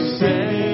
say